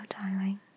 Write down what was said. darling